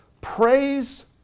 Praise